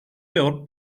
peor